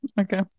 Okay